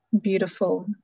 Beautiful